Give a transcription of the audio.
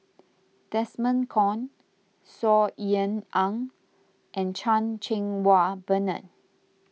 Desmond Kon Saw Ean Ang and Chan Cheng Wah Bernard